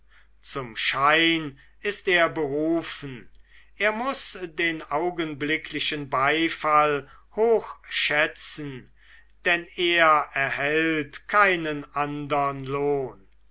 zum schein ist er berufen er muß den augenblicklichen beifall hoch schätzen denn er erhält keinen andern lohn